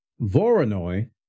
Voronoi